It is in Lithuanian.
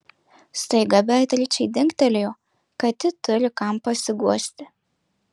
staiga beatričei dingtelėjo kad ji turi kam pasiguosti